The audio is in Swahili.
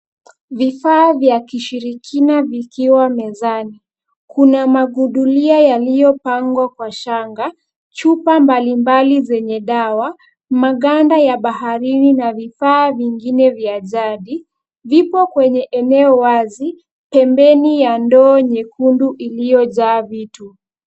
Vifaa vya kishirikina vikiwa mezani. Kuna magudulia yaliyopangwa kwa shanga, chupa mbalimbali zenye dawa, maganda ya baharini, na vifaa vingine vya jadi, vipo kwenye eneo wazi, pembeni ya ndoo nyekundu iliyojaa vitu.